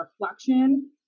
reflection